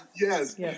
yes